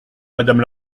madame